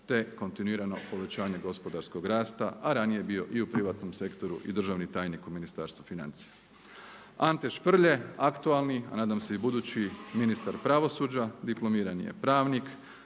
te kontinuirano povećanje gospodarskog rasta, a ranije je i bio i u privatnom sektoru i državni tajnik u Ministarstvu financija. Ante Šprlje aktualni, a nadam se i budući ministar pravosuđa, diplomirani je pravnik